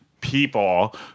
people